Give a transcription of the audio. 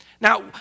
Now